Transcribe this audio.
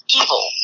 evil